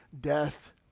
death